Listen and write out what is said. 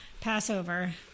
passover